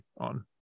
on